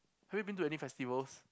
have you been to any festivals